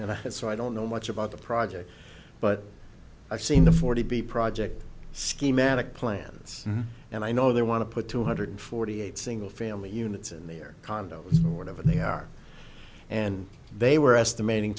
and so i don't know much about the project but i've seen the forty b project schematic plans and i know they want to put two hundred forty eight single family units in their condo or whatever they are and they were estimating